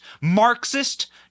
Marxist